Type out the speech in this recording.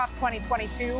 2022